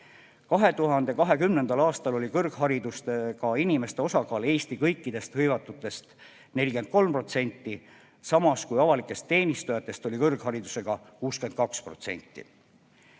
2020. aastal oli kõrgharidusega inimeste osakaal Eesti kõikide hõivatute seas 43%, samas kui avalikest teenistujatest oli kõrgharidusega 62%.